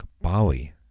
Bali